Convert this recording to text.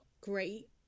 great